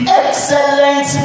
excellent